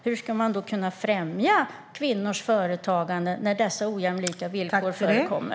Hur ska man kunna främja kvinnors företagande när dessa ojämlika villkor förekommer?